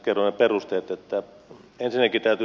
nyt tässä kerron ne perusteet